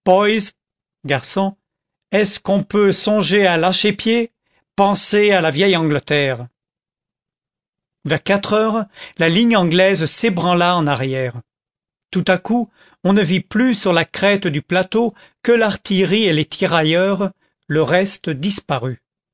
est-ce qu'on peut songer à lâcher pied pensez à la vieille angleterre vers quatre heures la ligne anglaise s'ébranla en arrière tout à coup on ne vit plus sur la crête du plateau que l'artillerie et les tirailleurs le reste disparut